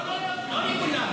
לא לכולם,